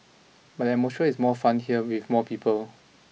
but the atmosphere is more fun here with more people